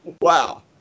Wow